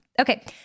Okay